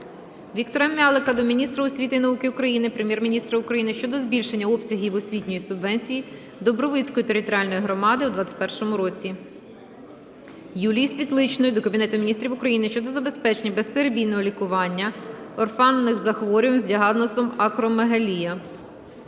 Віктора М'ялика до міністра освіти і науки України, Прем'єр-міністра України щодо збільшення обсягів освітньої субвенції Дубровицької територіальної громади у 2021 році. Юлії Світличної до Кабінету Міністрів України щодо забезпечення безперебійного лікування орфанних хворих з діагнозом акромегалія.